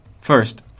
First